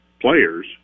players